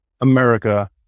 America